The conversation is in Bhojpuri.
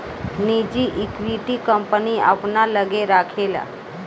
निजी इक्विटी, कंपनी अपना लग्गे राखेला